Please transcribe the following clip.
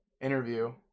interview